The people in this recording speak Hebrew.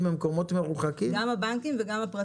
וגם משבר הקורונה מאוד מאוד חיזק את המגמה הזו.